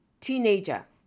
teenager